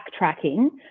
backtracking –